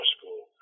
school